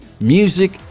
Music